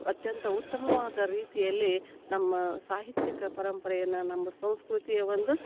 ಅತ್ಯಂತ ಉತ್ತಮವಾದ ರೀತಿಯಲ್ಲಿ ನಮ್ಮ ಸಾಹಿತ್ಯಕ್ಕೆ ಪರಂಪರೆಯನ್ನು ನಮ್ಮ ಸಂಸ್ಕೃತಿಯ ಒಂದು